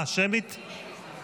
הסתייגות 12 לא נתקבלה.